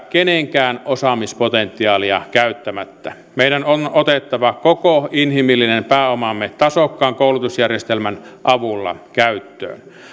kenenkään osaamispotentiaalia käyttämättä meidän on otettava koko inhimillinen pääomamme tasokkaan koulutusjärjestelmän avulla käyttöön